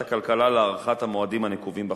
הכלכלה להארכת המועדים הנקובים בחוק.